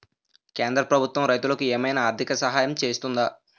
కేంద్ర ప్రభుత్వం రైతులకు ఏమైనా ఆర్థిక సాయం చేస్తుందా?